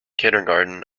kindergarten